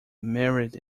married